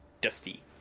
dusty